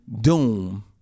doom